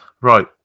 Right